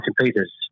Peters